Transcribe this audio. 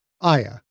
Aya